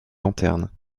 lanterne